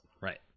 right